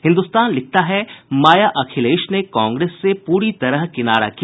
हिन्द्रस्तान लिखता है माया अखिलेश ने कांग्रेस से पूरी तरह किनारा किया